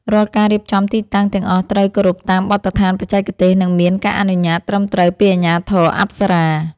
រាល់ការរៀបចំទីតាំងទាំងអស់ត្រូវគោរពតាមបទដ្ឋានបច្ចេកទេស និងមានការអនុញ្ញាតត្រឹមត្រូវពីអាជ្ញាធរអប្សរា។